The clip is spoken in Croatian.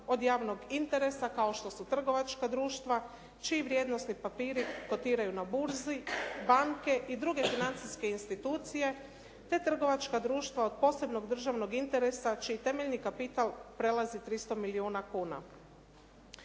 od javnog interesa kao što su trgovačka društva čiji vrijednosni papiri kotiraju na burzi, banke i druge financijske institucije te trgovačka društva od posebnog državnog interesa čiji temeljni kapital prelazi 300 milijuna kuna.